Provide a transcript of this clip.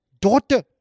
daughter